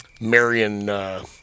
Marion